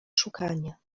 szukania